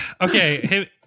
Okay